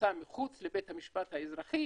שנמצא מחוץ לבית המשפט האזרחי